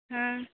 हँ